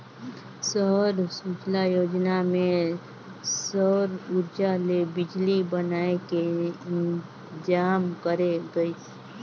सौर सूजला योजना मे सउर उरजा ले बिजली बनाए के इंतजाम करे गइस